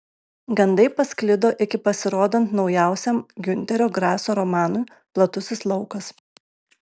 gandai pasklido iki pasirodant naujausiam giunterio graso romanui platusis laukas